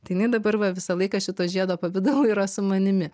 tai jinai dabar va visą laiką šito žiedo pavidalu yra su manimi